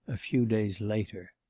a few days later.